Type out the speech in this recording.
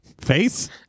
Face